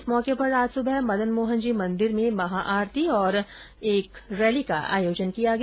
इस मौके पर आज सुबह मदन मोहन जी मंदिर में महाआरती और रन फोर रैली का आयोजन किया गया